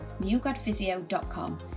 newgradphysio.com